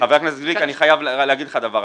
חבר הכנסת גליק, אני חייב להגיד לך דבר.